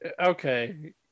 okay